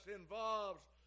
involves